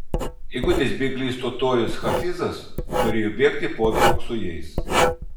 įgudęs bėglys totorius hafizas turėjo bėgti podraug su jais